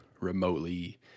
remotely